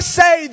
say